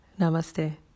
Namaste